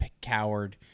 Coward